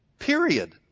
Period